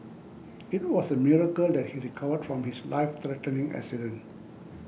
it was a miracle that he recovered from his life threatening accident